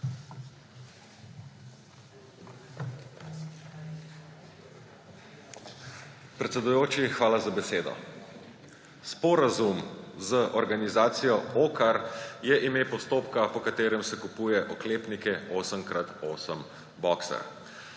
Predsedujoči, hvala za besedo. Sporazumem z organizacijo OCCAR je ime postopka, po katerem se kupuje oklepnike 8x8 boxer.